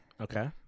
Okay